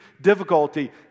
difficulty